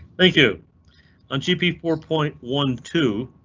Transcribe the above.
thank you on gp four point one two.